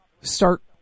start